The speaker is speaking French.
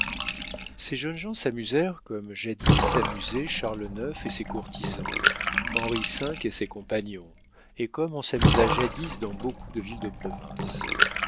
ces jeunes gens s'amusèrent comme jadis s'amusaient charles ix et ses courtisans henri v et ses compagnons et comme on s'amusa jadis dans beaucoup de villes de province